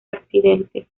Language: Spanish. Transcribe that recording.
accidente